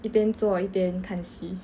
一边做一边看戏